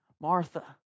Martha